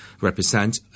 represent